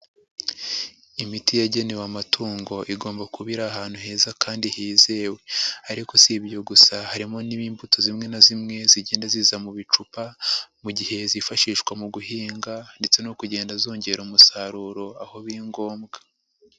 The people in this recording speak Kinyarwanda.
Imiti yagenewe amatungo igomba kuba iri ahantu heza kandi hizewe ariko si ibyo gusa harimo n'imbuto zimwe na zimwe, zigenda ziza mu bicupa mu gihe zifashishwa mu guhinga ndetse no kugenda zongera umusaruro, aho biri ngombwa.